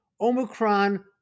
Omicron